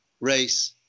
race